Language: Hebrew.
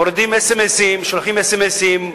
מורידים אס.אם.אסים,